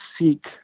seek